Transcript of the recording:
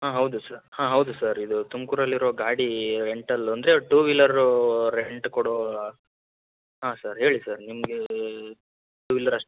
ಹಾಂ ಹೌದು ಸರ್ ಹಾಂ ಹೌದು ಸರ್ ಇದು ತುಮಕೂರಲ್ಲಿರೋ ಗಾಡಿ ರೆಂಟಲ್ ಅಂದರೆ ಟು ವೀಲರು ರೆಂಟ್ ಕೊಡೋ ಹಾಂ ಸರ್ ಹೇಳಿ ಸರ್ ನಿಮಗೆ ಟು ವೀಲರ್ ಅಷ್ಟ